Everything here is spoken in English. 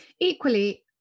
equally